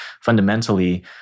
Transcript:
fundamentally